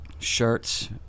shirts